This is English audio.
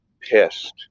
pissed